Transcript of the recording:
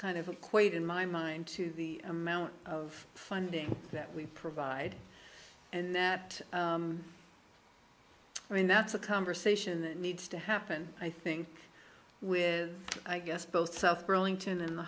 kind of equate in my mind to the amount of funding that we provide and that i mean that's a conversation that needs to happen i think with i guess both south burlington and the